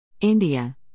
India